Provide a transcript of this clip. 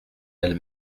elle